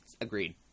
Agreed